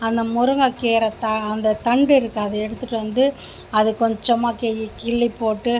அந்த முருங்கக்கீரை தா அந்த தண்டு இருக்கு அதை எடுத்துகிட்டு வந்து அது கொஞ்சமாக கி கிள்ளி போட்டு